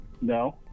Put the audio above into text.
No